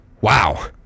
wow